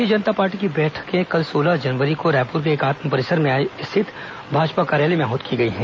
भारतीय जनता पार्टी की बैठकें कल सोलह जनवरी को रायपुर के एकात्म परिसर में स्थित भाजपा कार्यालय में आहूत की गई है